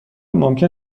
ممکن